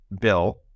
bill